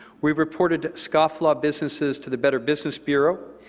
we reported scofflaw businesses to the better business bureau,